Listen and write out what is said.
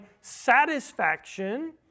satisfaction